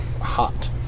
Hot